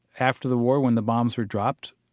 after the war when the bombs were dropped,